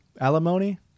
Alimony